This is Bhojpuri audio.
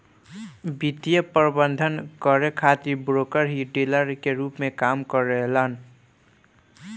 वित्तीय प्रबंधन करे खातिर ब्रोकर ही डीलर के रूप में काम करेलन